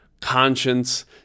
conscience